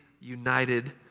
united